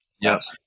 Yes